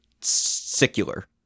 secular